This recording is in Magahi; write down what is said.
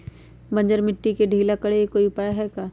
बंजर मिट्टी के ढीला करेके कोई उपाय है का?